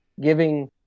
giving